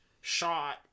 shot